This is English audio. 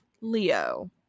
Leo